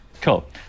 cool